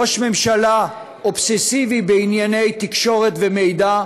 ראש הממשלה אובססיבי בענייני תקשורת ומידע,